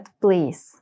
please